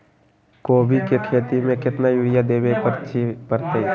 कोबी के खेती मे केतना यूरिया देबे परईछी बताई?